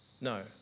No